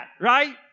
right